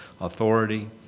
authority